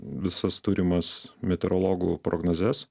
visas turimas meteorologų prognozes